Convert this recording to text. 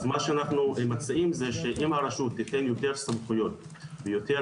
אז מה שאנחנו מציעים זה שאם הרשות תיתן יותר סמכויות ויותר